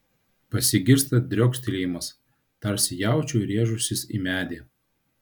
pasigirsta driokstelėjimas tarsi jaučiui rėžusis į medį